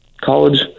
college